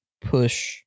push